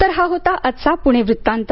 तर हा होता आजचा पुणे वृत्तांत